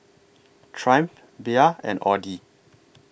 Triumph Bia and Audi